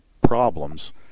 problems